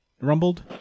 rumbled